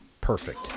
Perfect